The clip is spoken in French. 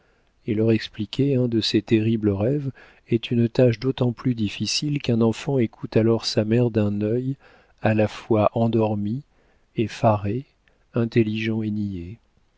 et leur expliquer un de ces terribles rêves est une tâche d'autant plus difficile qu'un enfant écoute alors sa mère d'un œil à la fois endormi effaré intelligent et